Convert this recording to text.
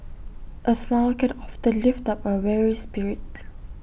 A smile can often lift up A weary spirit